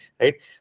right